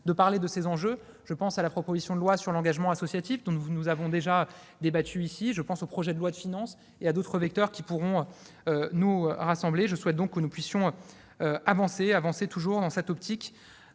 d'autres perspectives. Je pense à la proposition de loi en faveur de l'engagement associatif, dont nous avons déjà débattu ici ; je pense au projet de loi de finances et à d'autres vecteurs qui pourront nous rassembler. Je souhaite donc que nous puissions avancer, toujours dans l'optique